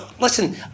listen